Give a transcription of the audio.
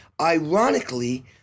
ironically